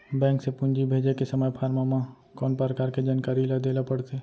Bank से पूंजी भेजे के समय फॉर्म म कौन परकार के जानकारी ल दे ला पड़थे?